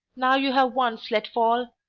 now you have once let fall,